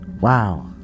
wow